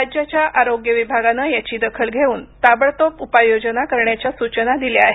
राज्याच्या आरोग्य विभागानं याची दखल घेऊन ताबडतोब उपाययोजना करण्याच्या सूचना दिल्या आहेत